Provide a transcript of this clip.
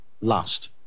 last